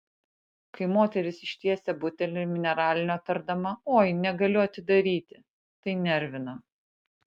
kai moteris ištiesia butelį mineralinio tardama oi negaliu atidaryti tai nervina